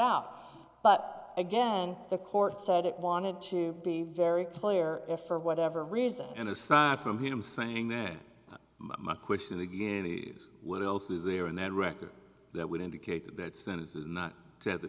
out but again the court said it wanted to be very clear if for whatever reason and aside from him saying then my question again these what else is there in that record that would indicate that that